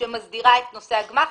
שמסדירה את נושא הגמ"חים.